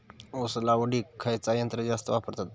ऊस लावडीक खयचा यंत्र जास्त वापरतत?